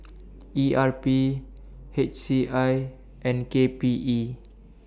E R P H C I and K P E